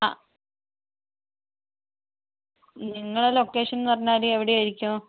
ആ നിങ്ങളുടെ ലൊക്കേഷൻ എന്ന് പറഞ്ഞാൽ എവിടെയായിരിക്കും